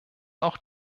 auch